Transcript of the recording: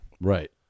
Right